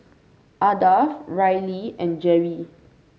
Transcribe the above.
Ardath Riley and Jere